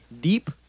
Deep